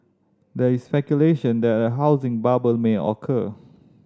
there is speculation that a housing bubble may occur